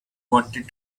wanted